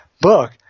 book